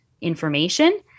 information